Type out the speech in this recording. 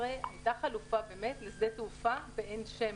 הייתה חלופה באמת לשדה תעופה בעין שמר,